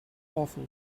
awful